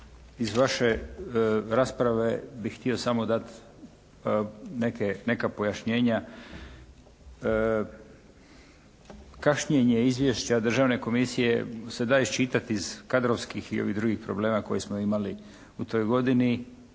iz vaše rasprave bih htio samo dati neka pojašnjenja. Kašnjenje Izvješća Državne komisije se da iščitati iz kadrovskih ili drugih problema koje smo imali u toj godini.